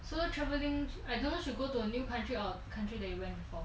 solo traveling I don't you should go to a new country or country they went before